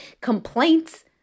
complaints